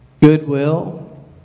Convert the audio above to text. goodwill